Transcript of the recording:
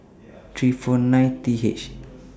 three four nine T H